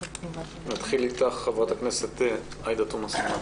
נתחיל איתך, חברת הכנסת עאידה תומא סלימאן.